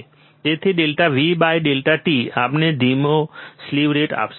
તેથી delta V by delta t આપણને ધીમો સ્લીવ રેટ આપશે